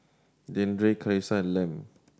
Deandre Karissa and Lem